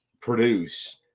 produce